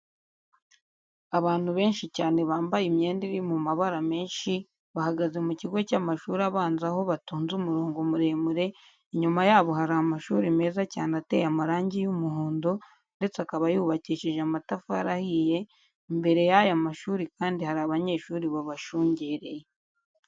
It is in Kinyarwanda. Abantu benshi cyane bambaye imyenda iri mu mabara menshi bahagaze mu kigo cy'amashuri abanza aho batonze umurongo muremure, inyuma yabo hari amashuri meza cyane ateye amarangi y'umuhondo ndetse akaba yubakishije amatafari ahiye, imbere y'aya mashuri kandi hari abanyeshuri babashungereye.